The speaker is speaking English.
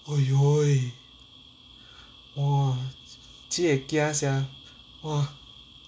!aiyo! !wah! sia